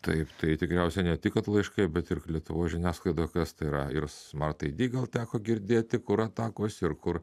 taip tai tikriausiai ne tik kad laiškai bet ir lietuvos žiniasklaida kas tai yra ir smart aidy gal teko girdėti kur atakos ir kur